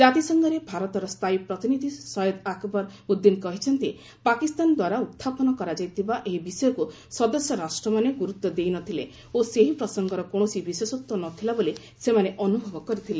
କାତିସଂଘରେ ଭାରତର ସ୍ଥାୟୀ ପ୍ରତିନିଧି ସୟେଦ୍ ଆକବର ଉଦ୍ଦିନ୍ କହିଛନ୍ତି ପାକିସ୍ତାନଦ୍ୱାରା ଉତ୍ଥାପନ କରାଯାଇଥିବା ଏହି ବିଷୟକୁ ସଦସ୍ୟ ରାଷ୍ଟ୍ରମାନେ ଗୁରୁତ୍ୱ ଦେଇ ନ ଥିଲେ ଓ ସେହି ପ୍ରସଙ୍ଗର କୌଣସି ବିଶେଷତ୍ୱ ନ ଥିଲା ବୋଲି ସେମାନେ ଅନୁଭବ କରିଥିଲେ